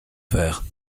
faire